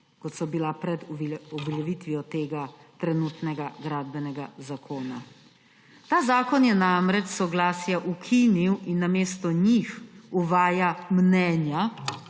kot so bila pred uveljavitvijo tega trenutnega gradbenega zakona. Ta zakon je namreč soglasje ukinil in namesto njih uvaja mnenja,